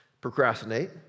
procrastinate